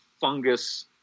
fungus